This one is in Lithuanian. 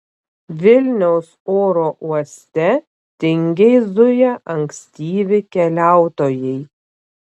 vilniaus oro uoste tingiai zuja ankstyvi keliautojai